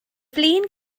flin